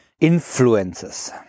influences